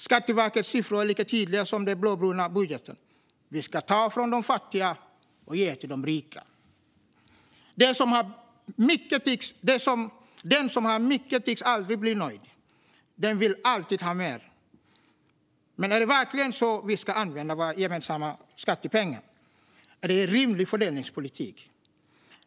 Skatteverkets siffror är lika tydliga som den blåbruna budgeten; vi ska ta från de fattiga och ge till de rika. Den som har mycket tycks aldrig bli nöjd. Den vill alltid ha mer. Men är det verkligen så vi ska använda våra gemensamma skattepengar? Är det rimlig fördelningspolitik?